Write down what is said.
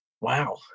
Wow